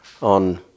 on